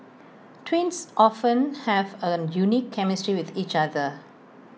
twins often have A unique chemistry with each other